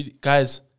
guys